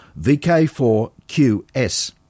VK4QS